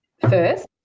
first